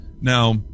now